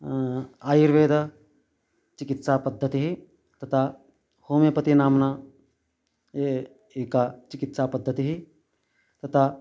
आयुर्वेद चिकित्सापद्धतिः तथा होमियोपति नाम्ना एव एका चिकित्सापद्धतिः तथा